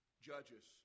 Judges